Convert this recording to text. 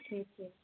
ठीक है